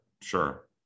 sure